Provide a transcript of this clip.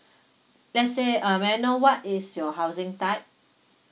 let's say uh may I know what is your housing type